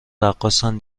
رقاصن